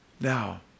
Now